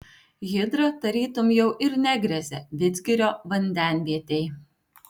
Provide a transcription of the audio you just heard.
hidra tarytum jau ir negresia vidzgirio vandenvietei